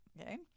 okay